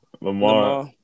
Lamar